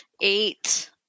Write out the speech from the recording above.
eight